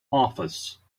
office